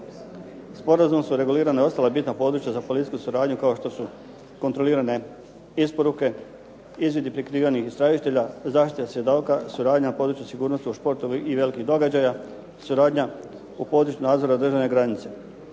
Sporazumom su regulirana ostala bitna područja za policijsku suradnju kao što su kontrolirane isporuke, izvidi prikrivenih istražitelja, zaštite svjedoka, suradnja na području sigurnosti u športu i velikih događaja, suradnja u području nadzora državne granice.